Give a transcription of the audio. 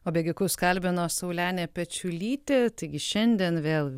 o bėgikus kalbino saulenė pečiulytė taigi šiandien vėl